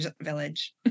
village